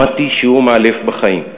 למדתי שיעור מאלף בחיים.